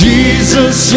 Jesus